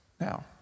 Now